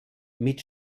mit